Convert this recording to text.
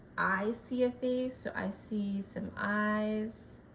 i see a face so i see some eyes,